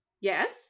Yes